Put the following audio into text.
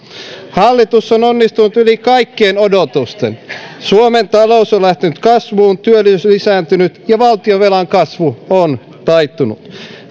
hallitus on onnistunut yli kaikkien odotusten suomen talous on lähtenyt kasvuun työllisyys lisääntynyt ja valtionvelan kasvu on taittunut